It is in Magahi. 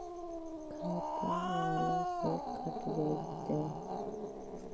खाता बाला से कट जयतैय?